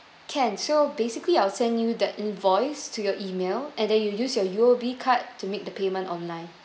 can so basically I'll send you the invoice to your email and then you use your U_O_B card to make the payment online